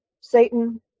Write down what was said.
Satan